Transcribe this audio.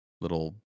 little